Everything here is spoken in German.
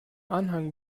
anhang